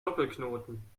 doppelknoten